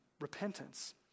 Repentance